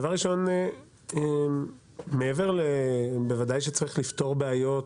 דבר ראשון מעבר לזה שבוודאי צריך לפתור בעיות,